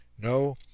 No